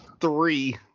Three